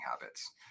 habits